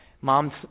Moms